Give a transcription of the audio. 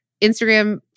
Instagram